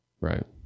Right